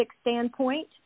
standpoint